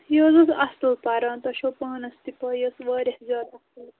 یہِ حظ اوس اَصٕل پَران تۄہہِ چھو پانَس تہِ پاے یہِ ٲس واریاہ زیادٕ اَصٕل